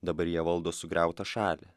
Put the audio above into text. dabar jie valdo sugriautą šalį